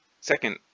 Second